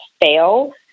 fail